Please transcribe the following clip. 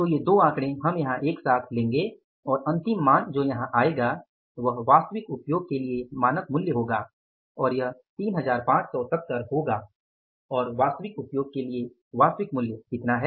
तो ये दो आंकड़े हम यहां एक साथ लेंगे और अंतिम मान जो यहां आएगा वह वास्तविक उपयोग के लिए मानक मूल्य 3570 होगा और वास्तविक उपयोग के लिए वास्तविक मूल्य कितना है